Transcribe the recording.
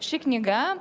ši knyga